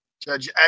Judge